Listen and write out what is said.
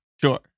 Sure